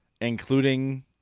including